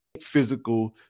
physical